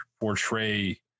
portray